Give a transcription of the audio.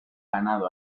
ganado